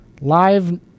live